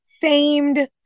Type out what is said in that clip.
famed